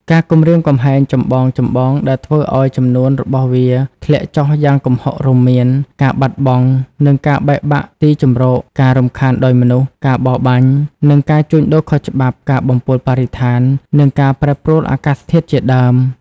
ការគំរាមកំហែងចម្បងៗដែលធ្វើឲ្យចំនួនរបស់វាធ្លាក់ចុះយ៉ាងគំហុករួមមាន ការបាត់បង់ និងការបែកបាក់ទីជម្រក ការរំខានដោយមនុស្ស ការបរបាញ់ និងការជួញដូរខុសច្បាប់ ការបំពុលបរិស្ថាន និងការប្រែប្រួលអាកាសធាតុជាដើម។